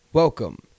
Welcome